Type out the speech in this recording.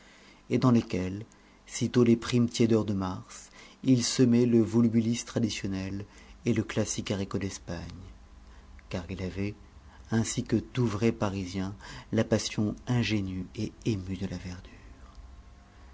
et dans lesquelles sitôt les primes tiédeurs de mars il semait le volubilis traditionnel et le classique haricot d'espagne car il avait ainsi que tout vrai parisien la passion ingénue et émue de la verdure